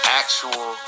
actual